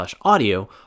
audio